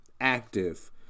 active